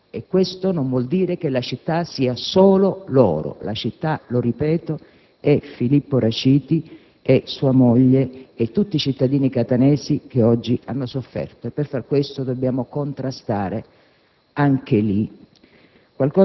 Se sono figli nostri e di quella città, non possiamo fare finta che non esistano e che siano figli di quella città e del suo disagio, delle sue difficoltà, delle sue periferie e della sua incultura.